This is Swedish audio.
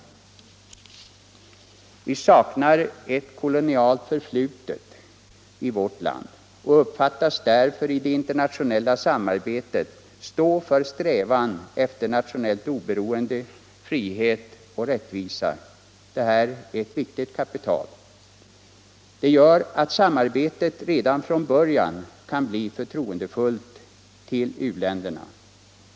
Vårt land saknar ett kolonialt förflutet och uppfattas därför i det internationella samarbetet stå för strävan efter nationellt oberoende, frihet och rättvisa. Det här är ett viktigt kapital. Det gör att samarbetet redan från början kan bli förtroendefullt gentemot u-länderna.